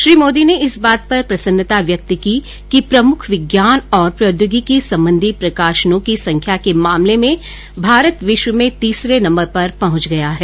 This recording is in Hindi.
श्री मोदी ने इस बात पर प्रसन्नता व्यक्त की कि प्रमुख विज्ञान और प्रौद्योगिकी संबंधी प्रकाशनों की संख्या के मामले में भारत विश्व में तीसरे नम्बर पर पहंच गया है